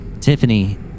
Tiffany